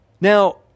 Now